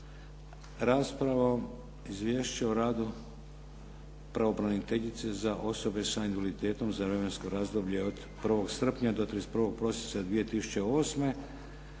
raspravom Izvješće o radu pravobraniteljice za osobe sa invaliditetom za vremensko razdoblje od 1. srpnja do 31. prosinca 2008.